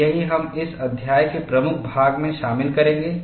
और यही हम इस अध्याय के प्रमुख भाग में शामिल करेंगे